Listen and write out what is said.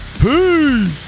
Peace